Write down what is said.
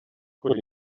could